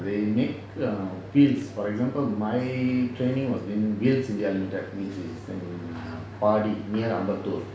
they make err fields for example my training was in wheels india limited which is in err paadi near ambattur